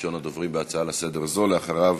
ראשון הדוברים בהצעה זו לסדר-היום, ואחריו,